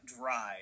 Dry